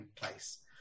place